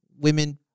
women